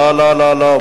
לא, לא, לא, לא.